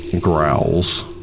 growls